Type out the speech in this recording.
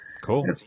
Cool